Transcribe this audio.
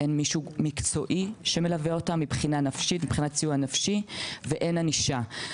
אין מישהו מקצועי שמלווה אותן מבחינת סיוע נפשי ואין ענישה.